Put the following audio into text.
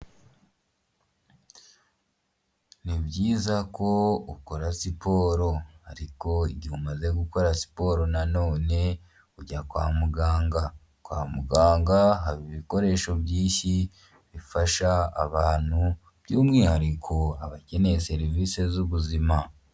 Ni byiza ko ukora siporo, ariko igihe umaze gukora siporo nanone ujya kwa muganga. Kwa muganga haba ibikoresho byinshi bifasha abantu by'umwihariko abakeneye serivisi z'ubuzima.